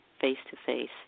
face-to-face